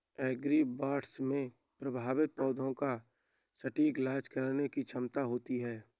agribots में प्रभावित पौधे का सटीक इलाज करने की क्षमता होती है